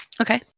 Okay